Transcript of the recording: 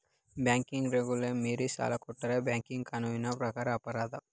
ಬ್ಯಾಂಕಿನ ರೆಗುಲೇಶನ್ ಮೀರಿ ಸಾಲ ಕೊಟ್ಟರೆ ಬ್ಯಾಂಕಿಂಗ್ ಕಾನೂನಿನ ಪ್ರಕಾರ ಅಪರಾಧ